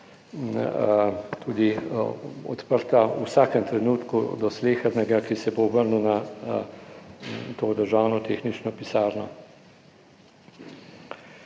tudi odprta v vsakem trenutku do slehernega, ki se bo obrnil na to državno tehnično pisarno.